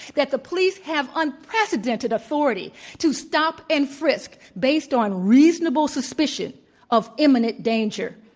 that the police have unprecedented authority to stop and frisk based on reasonable suspicion of imminent danger.